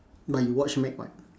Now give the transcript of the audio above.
but you watch meg [what]